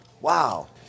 Wow